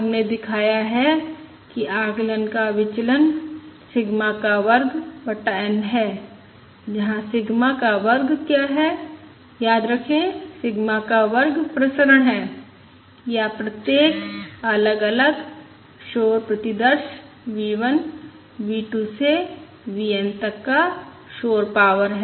हमने दिखाया है कि आकलन का विचलन सिग्मा का वर्ग बटा N है जहां सिग्मा का वर्ग क्या है याद रखें सिग्मा का वर्ग प्रसरण है या प्रत्येक अलग अलग शोर प्रतिदर्श V 1 V 2 से V n तक का शोर पावर है